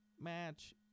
match